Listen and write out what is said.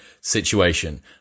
situation